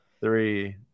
three